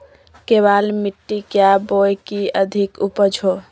केबाल मिट्टी क्या बोए की अधिक उपज हो?